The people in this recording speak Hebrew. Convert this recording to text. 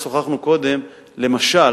כששוחחנו קודם: למשל,